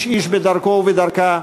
איש-איש בדרכו ובדרכה,